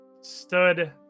stood